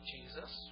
Jesus